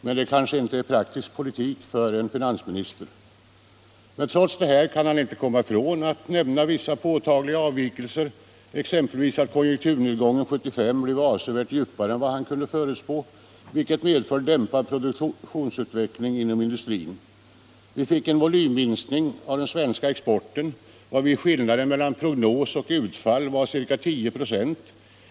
Men det är kanske inte praktisk politik för en finansminister. Trots detta kan han inte komma ifrån att nämna vissa påtagliga avvikelser, exempelvis att konjunkturnedgången 1975 blev avsevärt djupare än vad han kunde förutspå, vilket medfört en dämpad produktionsutveckling inom industrin. Vi fick en volymminskning av den svenska exporten, varvid skillnaden mellan prognos och utfall var ca 10 96.